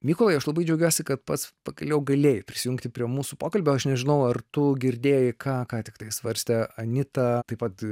mykolai aš labai džiaugiuosi kad pats pagaliau galėjai prisijungti prie mūsų pokalbio aš nežinau ar tu girdėjai ką tiktai svarstė anita taip pat